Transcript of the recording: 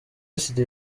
studio